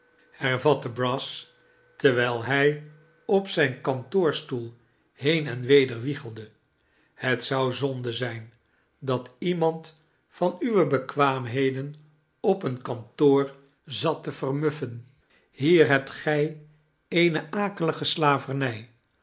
hervatte brass terwijl hij op zijn kantoorstoel heen en weder wiegelde het zou zonde zijn dat iemand van uwe bekwaamheden op een kantoor zat te vermuffen hier hebt gij eene akelige slavernij